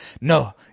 no